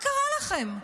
מה קרה לכם?